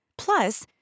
Plus